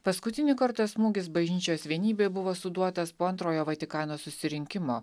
paskutinį kartą smūgis bažnyčios vienybė buvo suduotas po antrojo vatikano susirinkimo